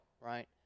right